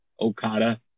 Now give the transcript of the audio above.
Okada